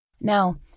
Now